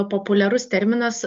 populiarus terminas